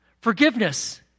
forgiveness